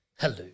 Hello